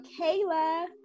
Kayla